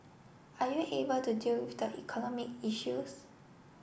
are you able to deal with the economic issues